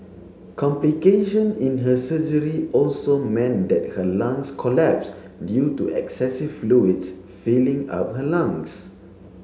complication in her surgery also meant that her lungs collapsed due to excessive fluids filling up her lungs